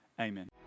Amen